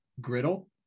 griddle